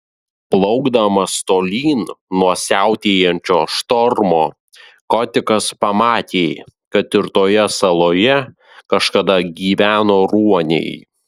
plaukdamas tolyn nuo siautėjančio štormo kotikas pamatė kad ir toje saloje kažkada gyveno ruoniai